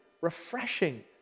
refreshing